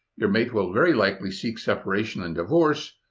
your mate will very likely seek separation and divorce.